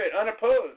unopposed